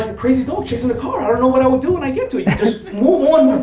um crazy dog chasing the car, i don't know what i will do when i get to it. you just move on,